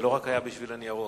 זה לא רק היה בשביל הניירות.